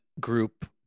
group